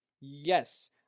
yes